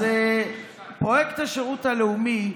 אז פרויקט השירות הלאומי,